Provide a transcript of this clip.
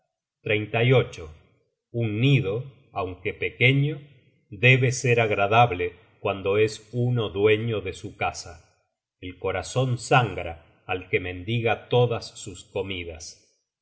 mendicidad un nido aunque pequeño debe ser agradable cuando es uno dueño de su casa el corazon sangra al que mendiga todas sus comidas